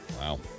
Wow